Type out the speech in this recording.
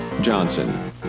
Johnson